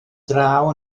draw